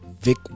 Vic